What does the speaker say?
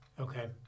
okay